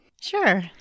Sure